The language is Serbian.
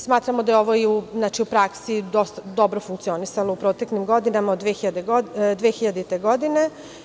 Smatramo da je ovo i u praksi dosta dobro funkcionisalo u proteklim godinama od 2000. godine.